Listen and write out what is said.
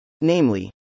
Namely